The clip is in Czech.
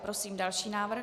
Prosím další návrh.